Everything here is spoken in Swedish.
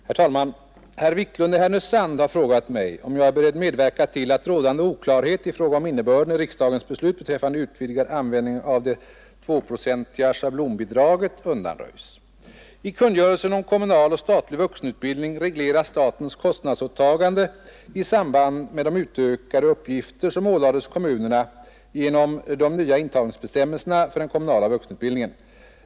Herr talman! Herr Wiklund i Härnösand har frågat mig om jag är beredd medverka till att rådande oklarhet i fråga om innebörden i riksdagens beslut beträffande utvidgad användning av det 2-procentiga schablonbidraget undanröjs. I kungörelsen om kommunal och statlig vuxenutbildning regleras statens kostnadsåtagande i samband med de utökade uppgifter som ålades kommunerna genom de nya intagningsbestämmelserna för den kommunala vuxenutbildningen.